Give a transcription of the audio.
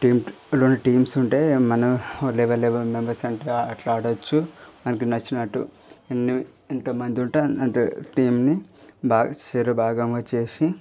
teams రెండు teams ఉంటాయి మనం లెవెన్ లెవెన్ మెంబర్స్ అంటే అట్లా ఆడచ్చు మనకు నచ్చినట్టు ఎన్ని ఎంతమంది ఉంటే అంత టీంని భాగం చరో భాగం చేసి